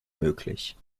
möglich